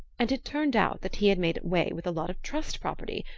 and it turned out that he had made away with a lot of trust-property.